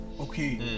okay